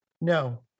No